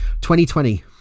2020